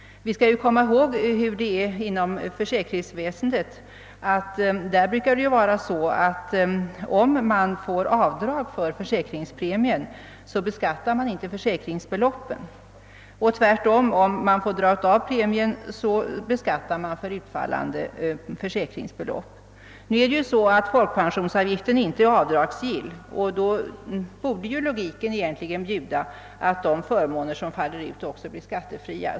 Vi behöver bara tänka på hur det är inom försäkringsväsendet. Där brukar det vara på det sättet att om man får göra avdrag för försäkringspremien, så beskattas utfallande försäkringsbelopp, och tvärtom, får man inte dra av premien beskattas inte heller utfallande försäkringsbelopp. Folkpensionsavgiften är ju inte avdragsgill, och då borde logiken bjuda att utfallande förmåner också blir skattefria.